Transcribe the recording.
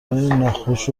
ناخوش